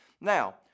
Now